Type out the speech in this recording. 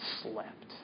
slept